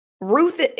Ruth